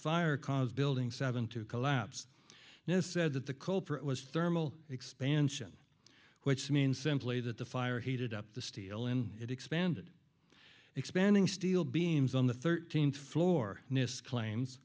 fire caused building seven to collapse it is said that the culprit was thermal expansion which means simply that the fire heated up the steel in it expanded expanding steel beams on the thirteenth floor nist claims